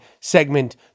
segment